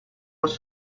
was